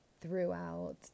throughout